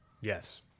Yes